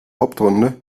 hauptrunde